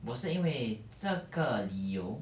我是因为这个理由